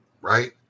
Right